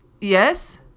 Yes